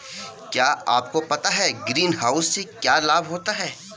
क्या आपको पता है ग्रीनहाउस से क्या लाभ होता है?